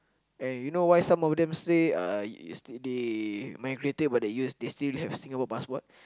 and you know why some of them say uh they migrated but they use but they still have Singapore passport